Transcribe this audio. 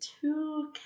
two